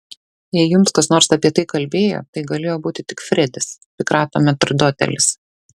jei jums kas nors apie tai kalbėjo tai galėjo būti tik fredis pikrato metrdotelis